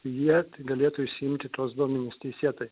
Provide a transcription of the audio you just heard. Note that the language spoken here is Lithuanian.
jie tai galėtų išsiimti tuos duomenis teisėtai